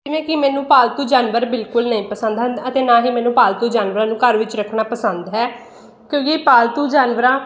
ਜਿਵੇਂ ਕਿ ਮੈਨੂੰ ਪਾਲਤੂ ਜਾਨਵਰ ਬਿਲਕੁਲ ਨਹੀਂ ਪਸੰਦ ਹਨ ਅਤੇ ਨਾ ਹੀ ਮੈਨੂੰ ਪਾਲਤੂ ਜਾਨਵਰਾਂ ਨੂੰ ਘਰ ਵਿੱਚ ਰੱਖਣਾ ਪਸੰਦ ਹੈ ਕਿਉਂਕਿ ਪਾਲਤੂ ਜਾਨਵਰਾਂ